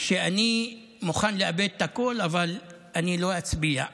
אני מוכן לאבד את הכול, אבל אני לא אצביע בעדם.